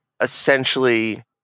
essentially